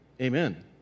Amen